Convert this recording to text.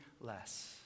less